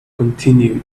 continued